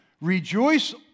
rejoice